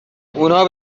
اونا